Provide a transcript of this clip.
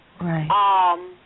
Right